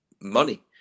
money